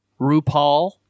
RuPaul